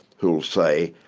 who'll say,